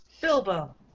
Bilbo